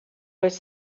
with